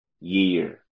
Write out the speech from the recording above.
year